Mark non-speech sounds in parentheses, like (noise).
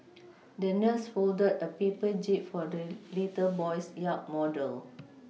(noise) the nurse folded a paper jib for the little boy's yacht model